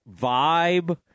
vibe